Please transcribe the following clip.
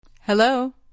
Hello